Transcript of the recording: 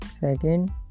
Second